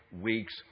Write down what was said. weeks